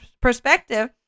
perspective